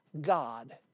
God